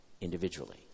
individually